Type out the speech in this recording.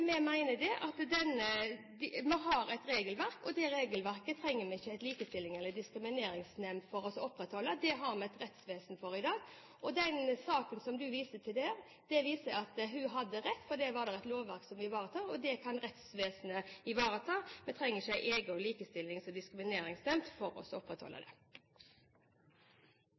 vi mener at vi har et regelverk, og det regelverket trenger vi ikke en likestillings- og diskrimineringsnemnd for å opprettholde – det har vi et rettsvesen for i dag. Og den saken representanten viste til, viser at hun hadde rett: Der var det et lovverk som ivaretok dette – rettsvesenet kan ivareta det. Vi trenger ikke en egen likestillings- og diskrimineringsnemnd for å opprettholde det.